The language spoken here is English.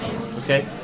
okay